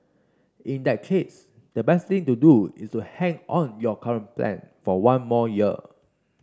in that case the best thing to do is to hang on your current plan for one more year